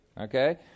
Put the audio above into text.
Okay